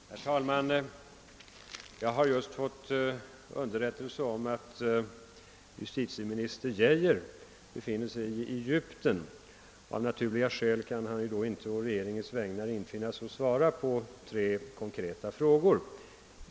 Herr talman! Jag har just fått underrättelse om att justitieminister Geijer befinner sig i Egypten. Han kan då naturligtvis inte på regeringens vägnar infinna sig och svara på mina tre konkreta frågor.